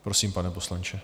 Prosím, pane poslanče.